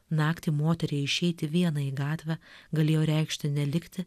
naktį moteriai išeiti vienai į gatvę galėjo reikšti nelikti